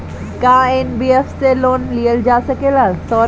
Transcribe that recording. का एन.बी.एफ.सी से लोन लियल जा सकेला?